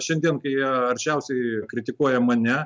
šiandien kai jie aršiausiai kritikuoja mane